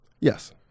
Yes